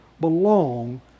belong